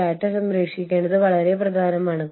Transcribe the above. firm Xന്റെ ഒരു ഉപസ്ഥാപനമാണ് X1